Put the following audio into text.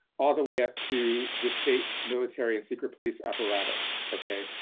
all the way up to the state, military and secret police apparatus, okay?